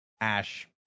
ash